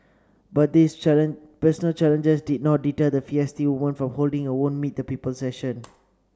but these personal challenges did not deter the feisty woman from holding her own meet the people session